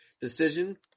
Decision